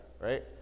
right